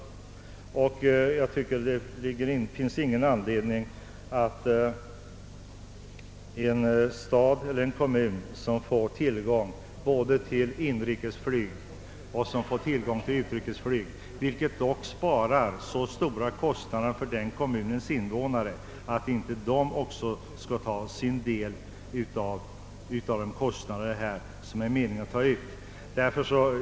Det finns väl ingen anledning till att en stad eller kommun, som fått tillgång till både inrikesoch utrikesflyg, vilket dock sparar stora utgifter för dess invånare, inte också skall bära sin del av de kostnader som det är meningen att ta ut.